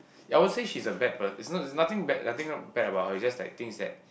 ya I won't say she's a bad per~ it's not it's nothing bad nothing bad about her it's just like things that